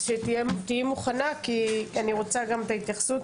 תהיי מוכנה כי אני רוצה גם את ההתייחסות.